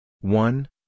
one